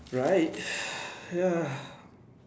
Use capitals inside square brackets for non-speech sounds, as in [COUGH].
right [BREATH] ya